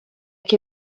che